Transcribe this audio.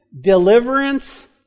deliverance